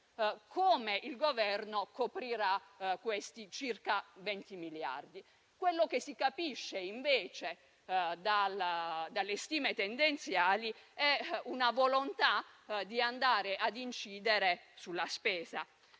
come il Governo coprirà i circa 20 miliardi. Quello che si capisce, invece, dalle stime tendenziali è una volontà di andare ad incidere sulla spesa,